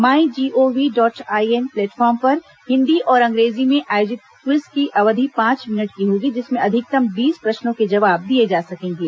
माई G O V dot I N platform पर हिन्दी और अंग्रेजी में आयोजित क्विज की अवधि पांच मिनट की होगी जिसमें अधिकतम बीस प्रश्नों के जवाब दिए जा सकेंगे